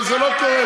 אבל זה לא קורה.